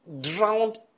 drowned